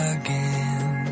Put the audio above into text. again